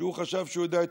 שחשב שהוא יודע הכול,